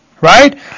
Right